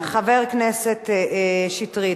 חבר הכנסת שטרית,